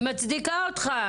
היא מצדיקה אותך.